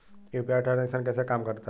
UPI transaction कैसे काम करता है?